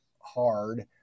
hard